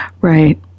Right